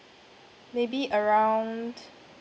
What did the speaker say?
maybe around